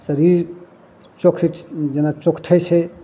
शरीर चोकटि जेना चोकटै छै